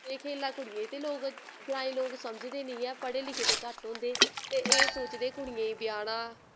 केह् खेलना कुड़ियें ते लोक ग्रांई लोक समझदे निं ऐ पढ़े लिखे दे घट्ट होंदे ते एह् सोचदे कुड़ियां ब्याह्ना